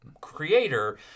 creator